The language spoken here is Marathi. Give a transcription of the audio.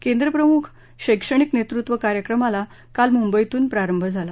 केंद्र प्रमुख शैक्षणिक नसुद्धि कार्यक्रमाला काल मुंबईतून प्रारंभ झाला